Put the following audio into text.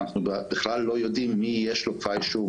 אנחנו בכלל לא יודעים מי יש לו כבר אישור,